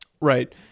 right